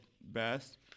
best